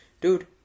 Dude